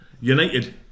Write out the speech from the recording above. United